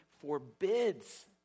forbids